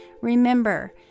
Remember